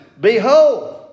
Behold